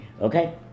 okay